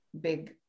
big